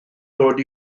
dod